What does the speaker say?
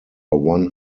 one